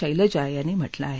शैलजा यांनी म्हटलं आहे